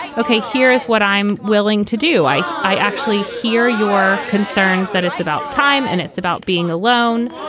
ok, here is what i'm willing to do. i. i actually hear your concerns that it's about time and it's about being alone.